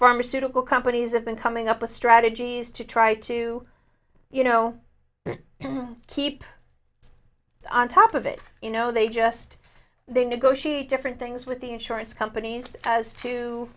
pharmaceutical companies have been coming up with strategies to try to you know keep on top of it you know they just they negotiate different things with the insurance companies as to